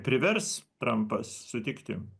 privers trampas sutikti